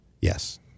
Yes